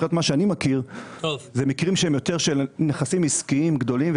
לפחות ממה שאני מכיר אלה יותר מקרים של נכסים עסקיים גדולים,